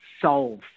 solve